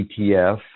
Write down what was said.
ETF